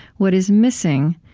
what is missing,